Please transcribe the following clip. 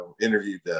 interviewed